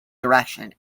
direction